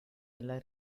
della